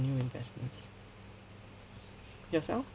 new investments yourself